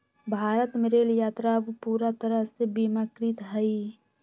भारत में रेल यात्रा अब पूरा तरह से बीमाकृत हई